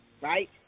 Right